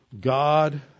God